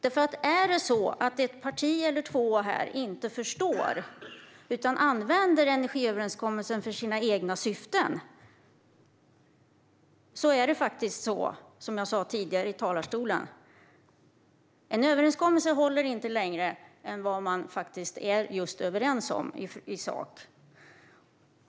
Är det så att ett parti eller två inte förstår energiöverenskommelsen utan använder den för sina egna syften innebär det faktiskt - det sa jag i talarstolen tidigare - att den inte håller. En överenskommelse håller inte längre än man faktiskt är just överens i sak.